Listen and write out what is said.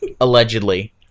allegedly